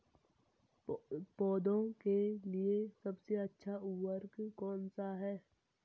पौधों के लिए सबसे अच्छा उर्वरक कौनसा हैं?